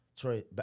Troy